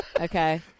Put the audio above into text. Okay